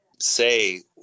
say